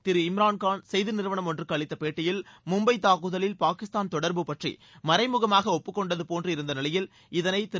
திரு இம்ரான் கான் செய்தி நிறுவளம் ஒன்றுக்கு அளித்த பேட்டியில் மும்பை தாக்குதலில் பாகிஸ்தான் தொடர்பு பற்றி மறைமுகமாக ஒப்புக்கொண்டது போன்று இருந்த நிலையில் இதனை திரு